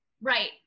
Right